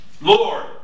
Lord